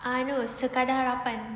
ah no sekadar harapan